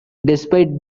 despite